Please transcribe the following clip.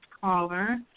caller